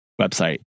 website